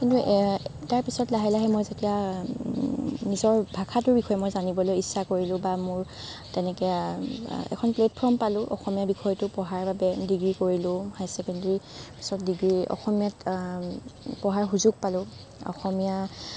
কিন্তু তাৰ পিছত যেতিয়া লাহে লাহে মই যেতিয়া নিজৰ ভাষাটোৰ বিষয়ে জানিবলৈ ইচ্ছা কৰিলোঁ বা মোৰ তেনেকে এখন প্লেটফৰ্ম পালোঁ অসমীয়া বিষয়টো পঢ়াৰ বাবে ডিগ্ৰী কৰিলোঁ হায়াৰ ছেকেণ্ডেৰীৰ পিছত ডিগ্ৰী অসমীয়াত পঢ়াৰ সুযোগ পালোঁ অসমীয়া